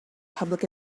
public